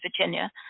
Virginia